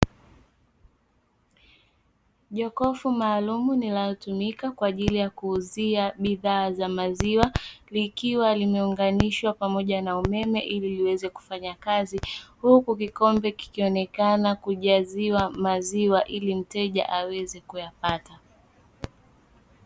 Jokofu maalumu linalotumika kwa ajili ya kuuzia bidhaa za maziwa likiwa limeunganishwa pamoja na umeme ili liweze kufanya kazi, huku kikombe kikionekana kujaziwa maziwa ili mteja aweze kuyapata.